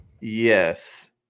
Yes